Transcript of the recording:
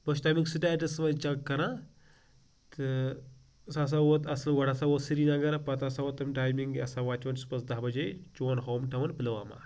بہٕ چھُس تمیُک سٹیٹَس وٕنۍ چیٚک کَران تہٕ سُہ ہَسا ووت اَصل گۄڈٕ ہَسا ووت سرینگر پَتہٕ ہَسا ووت تمہِ ٹایمنٛگ یہِ ہسا واتہِ یور صبحس دَہ بَجے چون ہوم ٹاوُن پِلواما